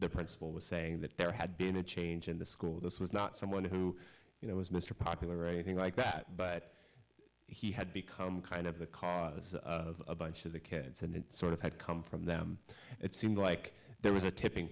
the principal was saying that there had been a change in the school this was not someone who you know was mr popular or anything like that but he had become kind of the cause of a bunch of the kids and it sort of had come from them it seemed like there was a tipping